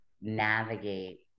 navigate